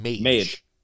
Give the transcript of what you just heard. mage